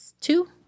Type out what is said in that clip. two